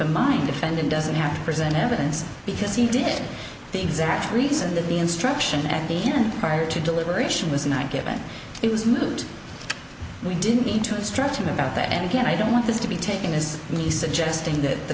in mind defendant doesn't have to present evidence because he did the exact reason that the instruction at the end prior to deliberation was not given it was moot we didn't need to instruct him about that and again i don't want this to be taken as the suggesting that the